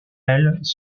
elles